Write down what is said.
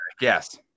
yes